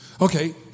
Okay